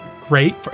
great